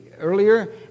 earlier